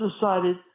decided